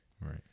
right